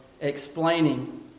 explaining